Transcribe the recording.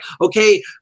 okay